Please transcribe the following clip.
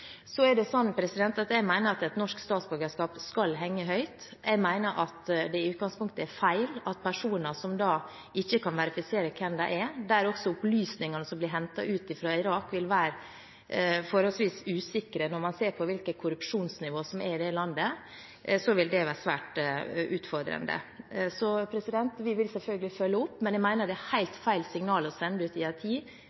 Jeg mener at et norsk statsborgerskap skal henge høyt. Jeg mener at det i utgangspunktet er feil at personer som ikke kan verifisere hvem de er, skal få det. Når også opplysningene som blir hentet ut fra Irak, er forholdsvis usikre – når man ser på hvilket korrupsjonsnivå det er i det landet – vil det være svært utfordrende. Vi vil selvfølgelig følge opp, men jeg mener det er